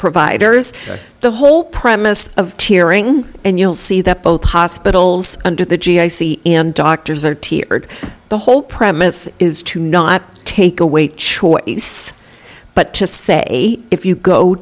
providers the whole premise of tearing and you'll see that both hospitals under the doctors are tiered the whole premise is to not take away choice but to say if you go